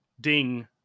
ding